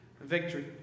victory